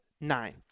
nine